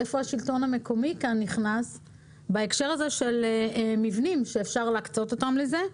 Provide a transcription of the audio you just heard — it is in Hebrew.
איפה נכנס כאן השלטון המקומי בהקשר הזה של מבנים שאפשר להקצות אותם לזה.